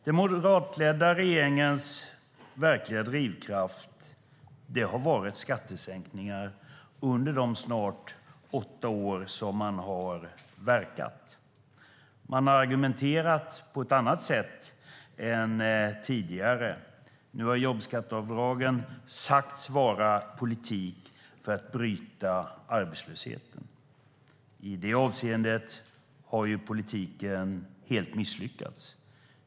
Den moderatledda regeringens verkliga drivkraft har varit skattesänkningar under de snart åtta år som man har verkat. Man har argumenterat på ett annat sätt än tidigare. Nu har jobbskatteavdragen sagts vara politik för att bryta arbetslösheten. I det avseendet har politiken helt misslyckats.